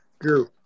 Drew